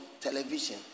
television